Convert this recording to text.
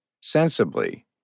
sensibly